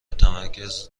تمرکز